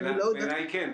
בעיניי כן.